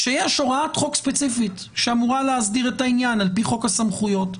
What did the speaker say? כשיש הוראת חוק ספציפית שאמורה להסדיר את העניין על פי חוק הסמכויות.